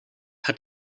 hat